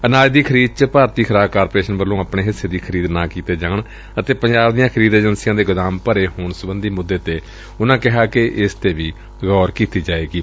ਅਨਾਜ ਦੀ ਖਰੀਦ ਵਿਚ ਭਾਰਤੀ ਖੁਰਾਕ ਕਾਰਪੋਰੇਸ਼ਨ ਵੱਲੋਂ ਆਪਣੇ ਹਿੱਸੇ ਦੀ ਖਰੀਦ ਨਾ ਕੀਤੇ ਜਾਣ ਅਤੇ ਪੰਜਾਬ ਦੀਆਂ ਖਰੀਦ ਏਜੰਸੀਆਂ ਦੇ ਗੋਦਾਮ ਭਰੇ ਹੋਣ ਸਬੰਧੀ ਮੁੱਦੇ ਤੇ ਉਨ੍ਹਾਂ ਕਿਹਾ ਕਿ ਏਸ ਤੇ ਵੀ ਗੌਰ ਕੀਤੀ ਜਾਏਗੀ